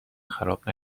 خراب